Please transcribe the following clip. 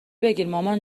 بگیرمامان